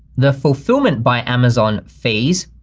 the fulfillment by amazon fees,